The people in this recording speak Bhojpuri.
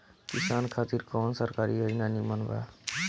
किसान खातिर कवन सरकारी योजना नीमन बा?